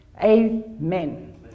Amen